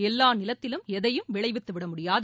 எல்லா நிலத்திலும் எதையும் விளைவித்துவிட முடியாது